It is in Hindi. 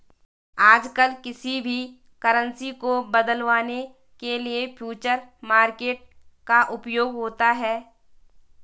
आजकल किसी भी करन्सी को बदलवाने के लिये फ्यूचर मार्केट का उपयोग होता है